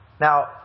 Now